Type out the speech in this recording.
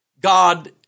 God